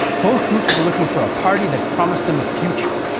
both groups were looking for a party that promised them a future,